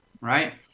Right